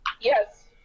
Yes